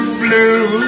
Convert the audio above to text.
blue